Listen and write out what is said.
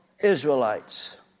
Israelites